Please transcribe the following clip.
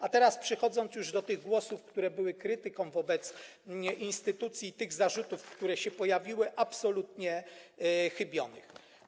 A teraz przechodzę już do głosów, które były krytyką wobec instytucji, i do zarzutów, które się pojawiły, absolutnie chybionych.